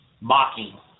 mocking